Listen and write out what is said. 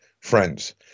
friends